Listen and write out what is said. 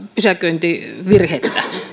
pysäköintivirhettä